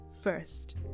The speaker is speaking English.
first